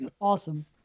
Awesome